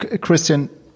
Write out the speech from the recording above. Christian